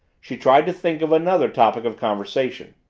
she tried to think of another topic of conversation.